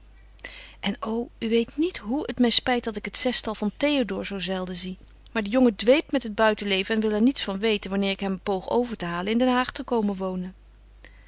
en o u weet niet hoe het mij spijt dat ik het zestal van théodore zoo zelden zie maar de jongen dweept met het buitenleven en wil er niets van weten wanneer ik hem poog over te halen in den haag te komen wonen